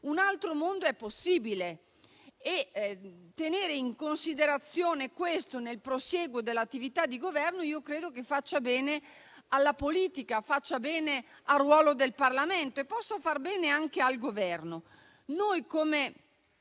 un altro mondo è possibile. Tenere in considerazione questo, nel prosieguo dell'attività di Governo, credo faccia bene alla politica e al ruolo del Parlamento e possa far bene anche al Governo.